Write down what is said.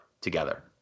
together